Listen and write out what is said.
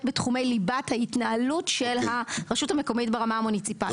בתחומי ליבת ההתנהלות של הרשות המקומית ברמה המוניציפלית.